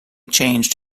changed